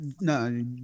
no